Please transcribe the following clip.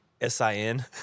S-I-N